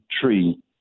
tree